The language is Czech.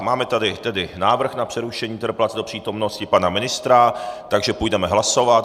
Máme tady tedy návrh na přerušení interpelace do přítomnosti pana ministra, takže půjdeme hlasovat.